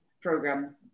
program